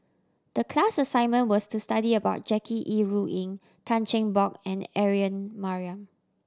the class assignment was to study about Jackie Yi Ru Ying Tan Cheng Bock and Aaron Maniam